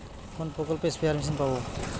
কোন প্রকল্পে spare machine পাব?